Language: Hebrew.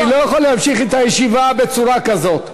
אני לא יכול להמשיך את הישיבה בצורה כזאת,